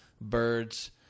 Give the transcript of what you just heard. birds